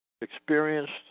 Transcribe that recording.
experienced